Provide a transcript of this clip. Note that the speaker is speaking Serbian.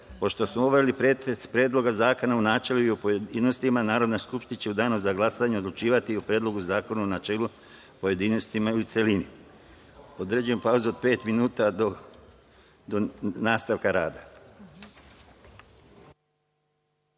pretres Predloga zakona u načelu i u pojedinostima, Narodna skupština će u Danu za glasanje odlučivati o Predlogu zakona u načelu, pojedinostima i u celini. Određujem pauzu od pet minuta, do nastavka